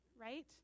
right